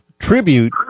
Tribute